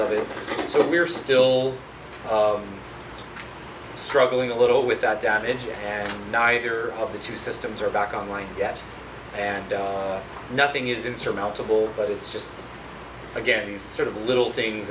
of it so we're still struggling a little with that damage and neither of the two systems are back on line yet and nothing is insurmountable but it's just again sort of the little things